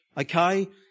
okay